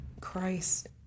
Christ